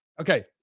Okay